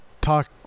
talk